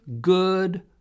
good